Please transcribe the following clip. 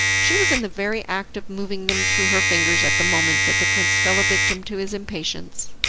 she was in the very act of moving them through her fingers at the moment that the prince fell a victim to his impatience,